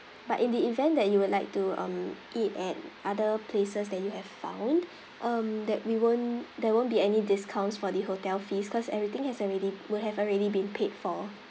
but in the event that you would like to um eat at other places that you have found um that we won't there won't be any discounts for the hotel fees cause everything has already will have already been paid for